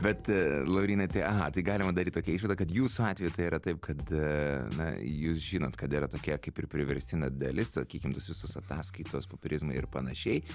bet laurynai tai a tai galima daryt tokią išvadą kad jūsų atveju tai yra taip kad na jūs žinot kad yra tokie kaip ir priverstina dalis sakykim tos visos ataskaitos popierizmai ir panašiai